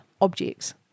objects